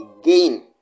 again